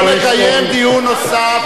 אנחנו לא נקיים דיון נוסף,